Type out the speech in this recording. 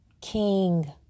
King